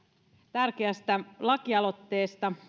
tärkeästä lakialoitteesta